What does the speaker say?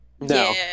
No